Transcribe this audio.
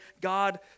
God